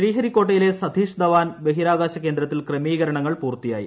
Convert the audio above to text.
ശ്രീഹരിക്കോട്ടയിലെ സതീഷ് ധവാൻ ബഹിരാകാശ കേന്ദ്രത്തിൽ ക്രമീകരണങ്ങൾ പൂർത്തിയായി